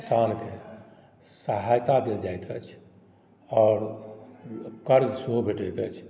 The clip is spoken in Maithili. किसानकेँ सहायता देल जाइत अछि आओर कर्ज सेहो भेटैत अछि